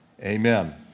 Amen